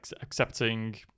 accepting